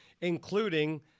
including